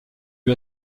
lui